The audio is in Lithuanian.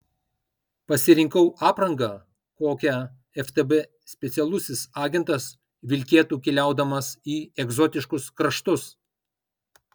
pasirinkau aprangą kokią ftb specialusis agentas vilkėtų keliaudamas į egzotiškus kraštus